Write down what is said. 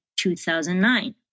2009